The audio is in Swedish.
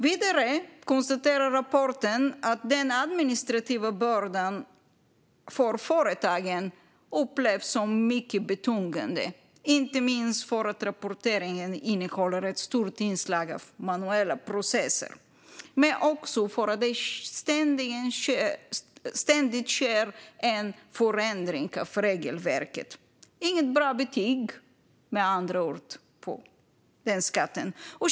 Vidare konstateras i rapporten att den administrativa bördan för företagen upplevs som mycket betungande, inte minst för att rapporteringen innehåller ett stort inslag av manuella processer och för att det ständigt sker en förändring av regelverket. Det blir med andra ord inget bra betyg för skatten.